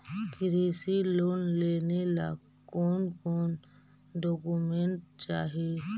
कृषि लोन लेने ला कोन कोन डोकोमेंट चाही?